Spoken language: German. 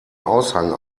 aushang